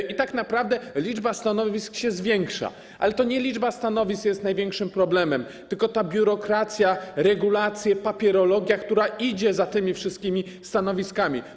I tak naprawdę liczba stanowisk się zwiększa, ale to nie liczba stanowisk jest największym problemem, tylko biurokracja, regulacje, papierologia, które idą za tymi wszystkimi stanowiskami.